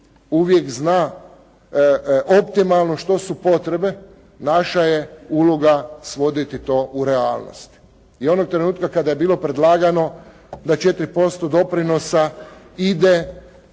uvijek zna optimalno što su potrebe, naša je uloga svoditi to u realnost i onog trenutka kada je bilo predlagano da 4% doprinosa ide